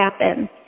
happen